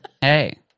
Hey